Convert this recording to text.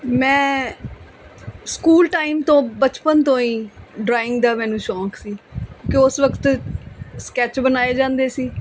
ਮੈਂ school time ਤੋਂ ਬਚਪਨ ਤੋਂ ਹੀ ਡਰਾਇੰਗ ਦਾ ਮੈਨੂੰ ਸ਼ੌਂਕ ਸੀ ਅਤੇ ਉਸ ਵਕਤ ਸਕੈਚ ਬਣਾਏ ਜਾਂਦੇ ਸੀ